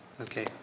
Okay